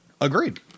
Agreed